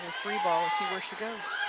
free ball, see where she goes.